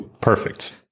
Perfect